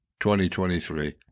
2023